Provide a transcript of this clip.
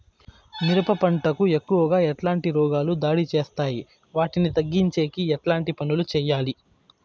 మిరప పంట కు ఎక్కువగా ఎట్లాంటి రోగాలు దాడి చేస్తాయి వాటిని తగ్గించేకి ఎట్లాంటి పనులు చెయ్యాలి?